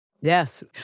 Yes